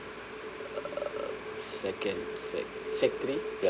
uh second~ sec sec three ya